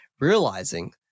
realizing